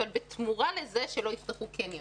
אבל בתמורה לזה שלא יפתחו קניונים.